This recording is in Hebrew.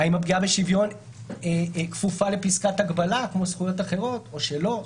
האם הפגיעה בשוויון כפופה לפסקת הגבלה כמו זכויות אחרות או שלא,